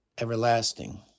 Everlasting